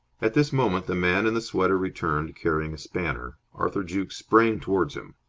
at this moment the man in the sweater returned, carrying a spanner. arthur jukes sprang towards him.